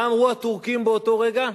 מה אמרו הטורקים באותו רגע?